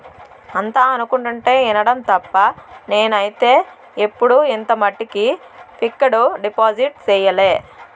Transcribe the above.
అంతా అనుకుంటుంటే ఇనడం తప్ప నేనైతే ఎప్పుడు ఇంత మట్టికి ఫిక్కడు డిపాజిట్ సెయ్యలే